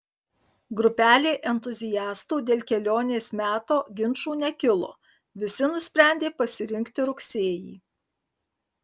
grupelei entuziastų dėl kelionės meto ginčų nekilo visi nusprendė pasirinkti rugsėjį